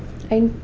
and